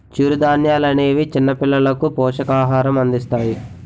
చిరుధాన్యాలనేవి చిన్నపిల్లలకు పోషకాహారం అందిస్తాయి